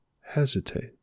hesitate